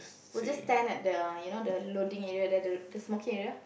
will just stand at the you know the loading area that the the smoking area